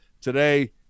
Today